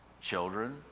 children